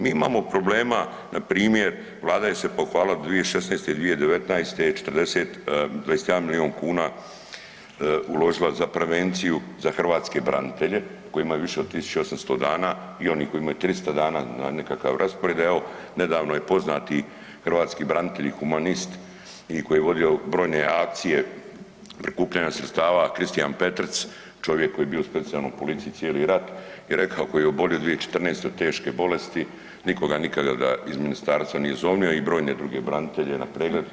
Mi imamo problema, npr. Vlada se pohvalila 2016. i 2019. je 21 milijun kuna uložila za prevenciju za hrvatske branitelje koji imaju više od tisuću 800 dana i onih koji imaju 300 dana na nekakav raspored, a evo nedavno je poznati hrvatski branitelj i humanist i koji je vodio brojne akcije prikupljanja sredstava Kristijan Petrc čovjek koji je bio u Specijalnoj policiji cijeli rat je rekao koji je obolio 2014. od teške bolesti nitko ga nikada iz ministarstva nije zovnuo i brojne druge branitelje na pregled.